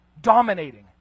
Dominating